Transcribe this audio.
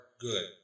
good